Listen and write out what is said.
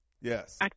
yes